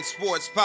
Sports